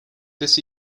this